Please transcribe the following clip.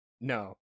no